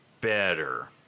better